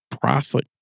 profit